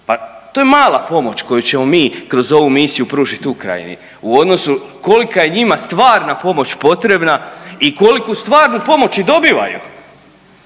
pa to je mala pomoć koju ćemo mi kroz ovu misiju pružiti Ukrajini u odnosu kolika je njima stvarna pomoć potrebna i koliku stvarnu pomoć i dobivaju,